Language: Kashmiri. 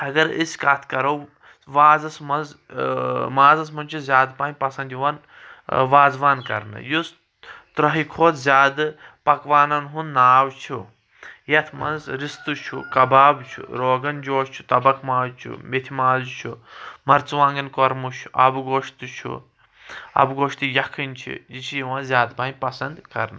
اگر أسۍ کتھ کرو وازس منز مازَس منٛز چھ زیادٕ پہم پسند یوان وازوان کرنہٕ یس ترٕہہ کھۄتہٕ زیادٕ پکوانن ہند ناو چھ یتھ منٛز رستہٕ چھ کبابہٕ چھ روغن جوش چھ تبق ماز چھ میٚتھِ ماز چھ مرژٕوانگن کۄرمہٕ چھ آبہٕ گوش تہِ چھ آب گوش تہٕ ییٚکھنۍ چھے یہِ چھ یوان زیادٕ پہم پسند کرنہٕ